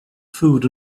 food